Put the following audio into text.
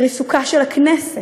בריסוק של הכנסת,